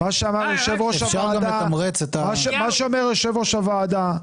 מה שאמר יושב ראש הוועדה,